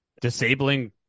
disabling